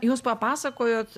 jūs papasakojot